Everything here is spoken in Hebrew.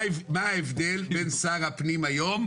מה ההבדל בין שר הפנים היום?